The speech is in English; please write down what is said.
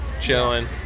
chilling